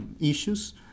issues